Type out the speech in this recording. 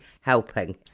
helping